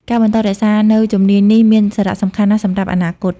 ការបន្តរក្សានូវជំនាញនេះមានសារៈសំខាន់ណាស់សម្រាប់អនាគត។